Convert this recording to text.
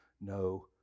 no